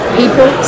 people